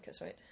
right